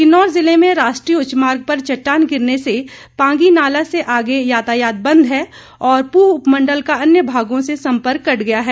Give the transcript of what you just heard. किन्नौर जिले में राष्ट्रीय उच्च मार्ग पर चट्टाने गिरने से पांगी नाला से आगे यातायात बंद है और पूह उपमंडल का अन्य भागों से संपर्क कट गया है